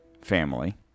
family